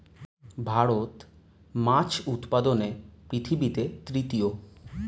ভারত মাছ উৎপাদনে পৃথিবীতে তৃতীয়